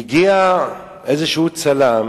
מגיע איזה צלם